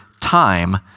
time